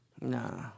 nah